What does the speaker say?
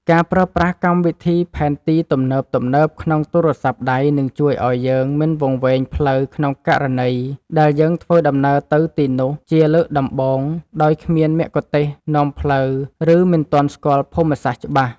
ការប្រើប្រាស់កម្មវិធីផែនទីទំនើបៗក្នុងទូរស័ព្ទដៃនឹងជួយឱ្យយើងមិនវង្វេងផ្លូវក្នុងករណីដែលយើងធ្វើដំណើរទៅទីនោះជាលើកដំបូងដោយគ្មានមគ្គុទ្ទេសក៍នាំផ្លូវ ឬ មិនទាន់ស្គាល់ភូមិសាស្ត្រច្បាស់។